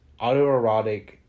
autoerotic